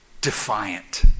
Defiant